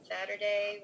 Saturday